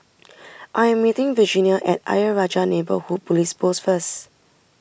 I am meeting Virginia at Ayer Rajah Neighbourhood Police Post first